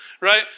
right